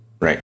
Right